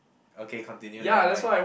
okay continue never mind